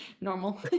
normal